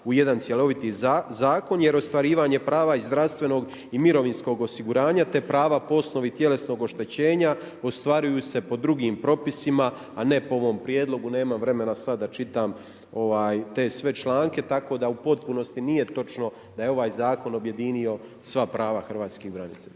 u jedan cjeloviti zakon, jer ostvarivanja sprava iz zdravstvenog i mirovinskog osiguranja, te prava po osnovi tjelesnog oštećenja, ostvaruju se po drugim propisima, a ne po ovom prijedlogu. Nemam vremena sada da čitam, te sve članke, tako da u potpunosti nije točno da je ovaj zakon objedinio sva prava hrvatskih branitelja.